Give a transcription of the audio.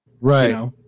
right